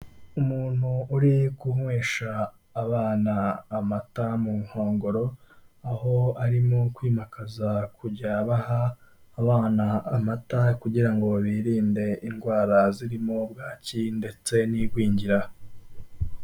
Umuntu uri kunywesha abana amata mu nkongoro, aho arimo kwimakaza kujya baha abana amata kugira ngo birinde indwara zirimo bwaki ndetse n'igwingira.